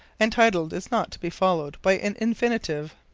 entitled is not to be followed by an infinitive.